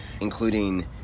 including